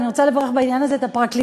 ואני רוצה לברך בעניין הזה את הפרקליטות,